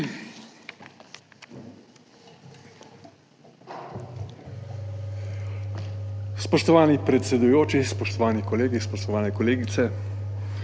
Spoštovani predsedujoči, spoštovani kolegi, spoštovane kolegice!